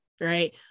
right